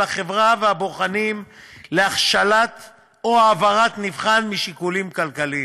החברה והבוחנים להכשלת או העברת נבחן משיקולים כלכליים.